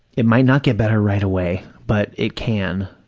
it might not get better right away, but it can,